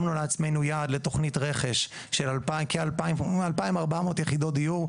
שמנו לעצמנו יעד לתוכנית רכש של כ-2,400 יחידות דיור.